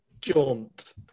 jaunt